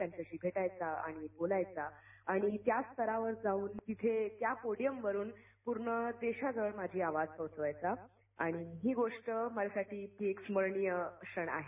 त्यांच्यापाशी भेटायचा आणि बोलायचा आणि त्याच स्तरावर जावून तिथे त्या पोडियमवरून पूर्ण देशासमोर माझी आवाज पोचवायचा आणि ही गोष्टी माझ्यासाठी चिरस्मरणीय आहे